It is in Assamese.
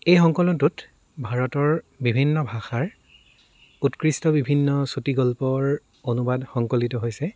এই সংকলটোত ভাৰতৰ বিভিন্ন ভাষাৰ উৎকৃষ্ট বিভিন্ন চুটি গল্পৰ অনুবাদ সংকলিত হৈছে